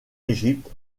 égypte